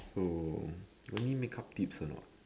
so only make-up tips or not